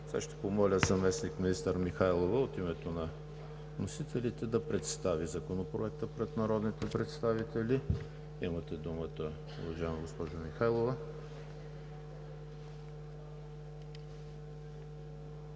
Ще помоля заместник-министър Михайлова от името на вносителите да представи Законопроекта пред народните представители – имате думата, уважаема госпожо Михайлова.